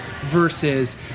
versus